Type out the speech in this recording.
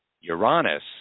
uranus